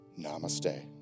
Namaste